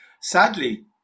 sadly